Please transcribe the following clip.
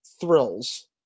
Thrills